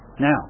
Now